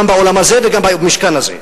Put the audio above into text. גם בעולם הזה וגם במשכן הזה: